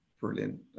Brilliant